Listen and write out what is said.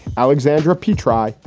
alexandra p. try.